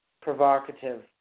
provocative